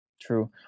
true